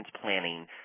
planning